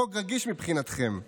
חוק רגיש מבחינתכם.